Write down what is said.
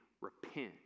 Repent